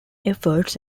efforts